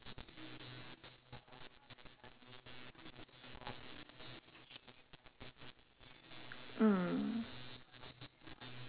mm